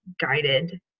guided